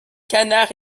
canards